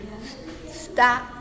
stop